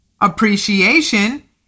Appreciation